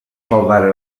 salvare